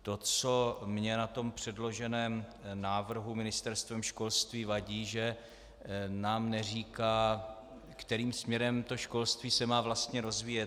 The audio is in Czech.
To, co mně na tom návrhu předloženém Ministerstvem školství vadí, že nám neříká, kterým směrem se to školství má vlastně rozvíjet.